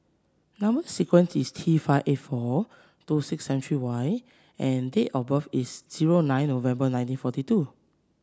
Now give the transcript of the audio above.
number sequence is T five eight four two six seven three Y and date of birth is zero nine November nineteen forty two